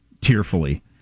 Tearfully